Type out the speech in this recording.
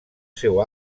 seu